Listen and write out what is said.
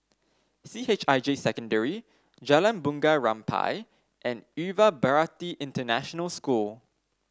C H I J Secondary Jalan Bunga Rampai and Yuva Bharati International School